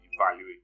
evaluate